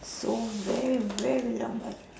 so very very lambat